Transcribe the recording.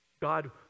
God